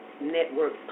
Network